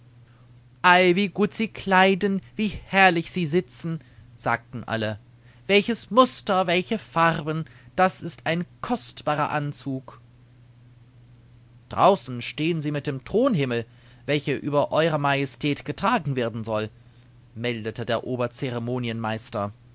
wie gut sie kleiden wie herrlich sie sitzen sagten alle welches muster welche farben das ist ein kostbarer anzug draußen stehen sie mit dem thronhimmel welche über ew majestät getragen werden soll meldete der